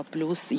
Plus